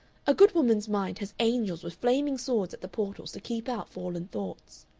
a good woman's mind has angels with flaming swords at the portals to keep out fallen thoughts.